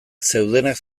zeudenak